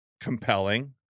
compelling